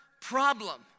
problem